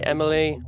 Emily